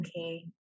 okay